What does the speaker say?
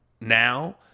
now